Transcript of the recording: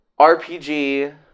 RPG